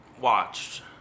watched